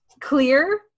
clear